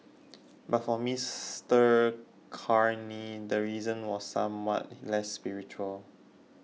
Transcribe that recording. but for Mr Carney the reason was somewhat less spiritual